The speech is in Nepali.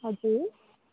हजुर